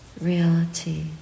reality